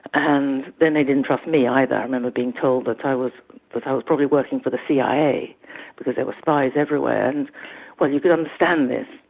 and then, they didn't trust me, either i remember being told that i was but i was probably working for the cia because there were spies everywhere, and well, you could understand this.